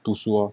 读书 lor